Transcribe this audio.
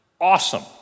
Awesome